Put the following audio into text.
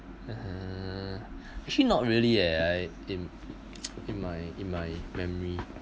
uh actually not really eh I in in my in my memory